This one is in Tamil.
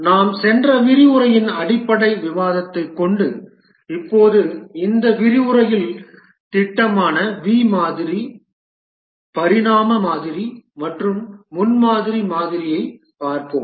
நாம் சென்ற விரிவுரையின் அடிப்படை விவாதத்தை கொண்டு இப்போது இந்த விரிவுரையில் திட்டமான வி மாதிரி பரிணாம மாதிரி மற்றும் முன்மாதிரி மாதிரியைப் பார்ப்போம்